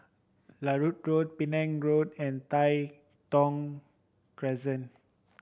Larut Road Penang Road and Tai Thong Crescent